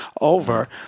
over